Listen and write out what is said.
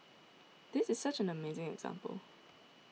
this is such an amazing example